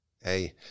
hey